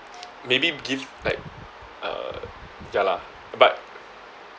maybe give like uh ya lah but